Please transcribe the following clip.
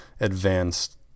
advanced